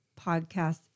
podcast